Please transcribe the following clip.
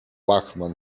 łachman